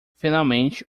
finalmente